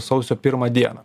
sausio pirmą dieną